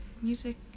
Music